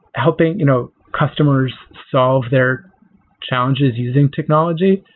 helping you know customers solve their challenges using technology.